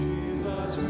Jesus